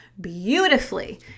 beautifully